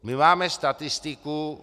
My máme statistiku.